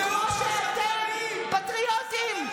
כמו שאתם פטריוטים,